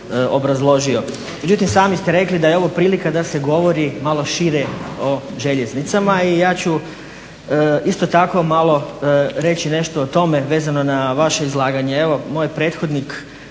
obrazložio. Međutim, sami ste rekli da je ovo prilika da se govori malo šire o željeznicama i ja ću isto tako malo reći nešto o tome vezano na vaše izlaganje. Evo, moj prethodnik